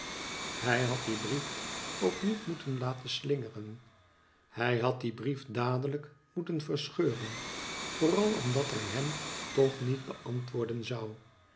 hij had dien brief ook niet moeten laten slmgeren hij had dien brief dadelijk moeten verscheuren vooral omdat hij hem toch niet beantwoorden zou